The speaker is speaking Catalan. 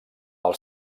pel